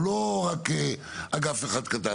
הוא לא רק אגף אחד קטן,